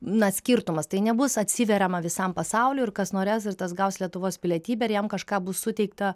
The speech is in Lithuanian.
na skirtumas tai nebus atsiveriama visam pasauliui ir kas norės ir tas gaus lietuvos pilietybę jam kažką bus suteikta